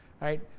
Right